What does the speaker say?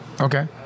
okay